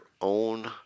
own